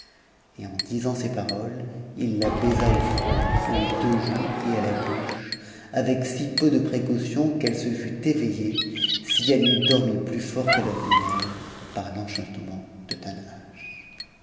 et en disant ces paroles il la baisa au front aux deux joues et à la bouche avec si peu de précaution qu'elle se fût éveillée si e c n'eût dormi plus fort qu'à l'ordinaire par l'enchantement de